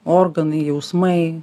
organai jausmai